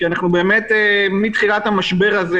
כי מתחילת המשבר הזה,